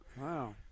Wow